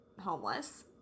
homeless